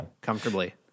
comfortably